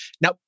now